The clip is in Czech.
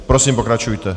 Prosím, pokračujte.